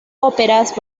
óperas